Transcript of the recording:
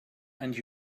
and